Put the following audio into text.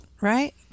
right